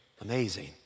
Amazing